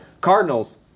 Cardinals